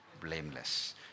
blameless